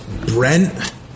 Brent